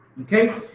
Okay